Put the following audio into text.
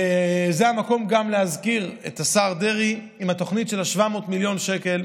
וזה המקום גם להזכיר את השר דרעי עם התוכנית של ה-700 מיליון שקל,